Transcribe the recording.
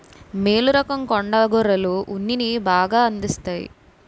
మేలు రకం కొండ గొర్రెలు ఉన్నిని బాగా అందిస్తాయి